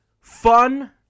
fun